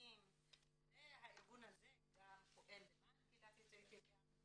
ישראלים והארגון הזה גם פועל למען קהילת יוצאי אתיופיה,